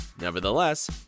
Nevertheless